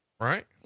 right